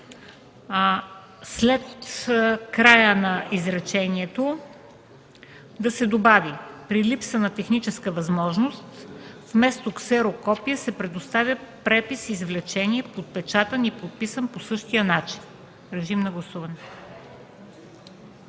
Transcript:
след края на изречението да се добави „при липса на техническа възможност вместо ксерокопие, се предоставя препис-извлечение, подпечатан и подписан по същия начин”. Гласували